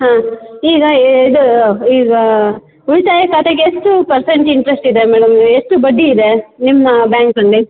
ಹಾಂ ಈಗ ಇದು ಈಗ ಉಳಿತಾಯ ಖಾತೆಗೆ ಎಷ್ಟು ಪೆರ್ಸೆಂಟ್ ಇಂಟ್ರೆಸ್ಟ್ ಇದೆ ಮೇಡಮ್ ಎಷ್ಟು ಬಡ್ಡಿ ಇದೆ ನಿಮ್ಮ ಬ್ಯಾಂಕಲ್ಲಿ